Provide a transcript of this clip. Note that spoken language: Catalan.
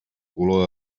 color